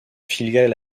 filiale